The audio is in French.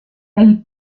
elle